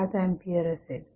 5 ampere असेल